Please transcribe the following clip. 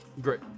Great